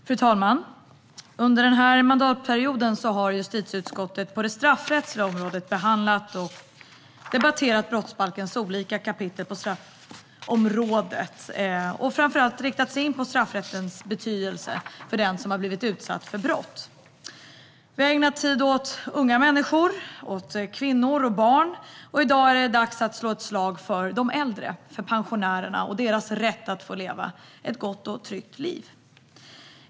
Fru talman! Under den här mandatperioden har justitieutskottet på det straffrättsliga området behandlat och debatterat brottsbalkens olika kapitel på straffrättsområdet. Utskottet har inriktat sig på framför allt straffrättens betydelse för den som har blivit utsatt för brott. Vi har ägnat tid åt unga människor, kvinnor och barn, och i dag är det dags att slå ett slag för de äldre - för pensionärerna - och deras rätt att få leva ett gott och tryggt liv.